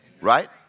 right